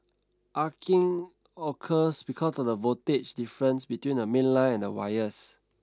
arcing occurs because of the voltage difference between the mainline and wires